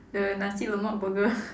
the nasi-lemak burger